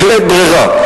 בלית ברירה,